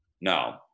No